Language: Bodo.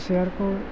सियारखौ